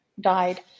died